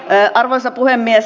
arvoisa puhemies